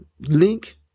link